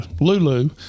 Lulu